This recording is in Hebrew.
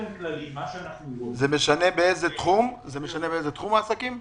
זה משנה באיזה תחום העסקים?